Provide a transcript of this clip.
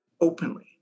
openly